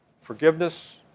forgiveness